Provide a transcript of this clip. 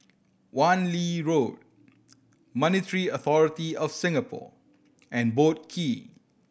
Wan Lee Road Monetary Authority Of Singapore and Boat Quay